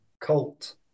cult